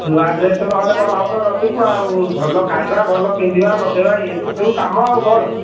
ନୂଆ ଡ୍ରେସ୍ ନହେଲେ କ'ଣ ହେବ ରଜକୁ ଆଉ ଭଲ ଖାଇବା ଭଲ ପିନ୍ଧିବା ଲଗାଇବା ଏଇତ ସବୁ କାମ ଆଉ କ'ଣ